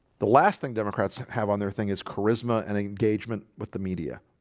the last thing democrats have have on their thing is charisma and engagement with the media.